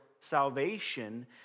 salvation